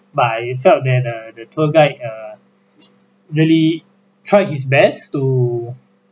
but I felt that uh the tour guide err really tried his best to